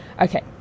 Okay